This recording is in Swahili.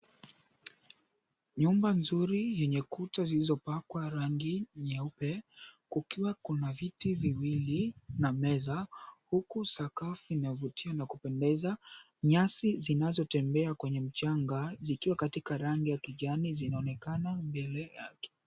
Nyumba nzuri yenye kuta zilizopakwa rangi nyeupe, kukiwa kuna viti viwili na meza huku sakafu linavutia na kupendeza. Nyasi zinazotembea kwenye mchanga zikiwa katika rangi ya kijani zinaonekana mbele yake.